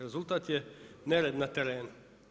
Rezultat je nered na terenu.